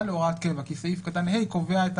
להוראת קבע כי סעיף קטן (ה) קובע את